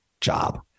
job